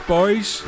Boys